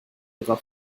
ihrer